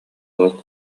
ыал